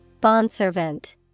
Bondservant